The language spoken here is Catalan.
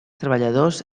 treballadors